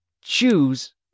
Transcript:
choose